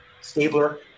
stabler